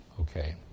okay